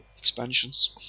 expansions